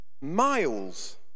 miles